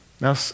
Now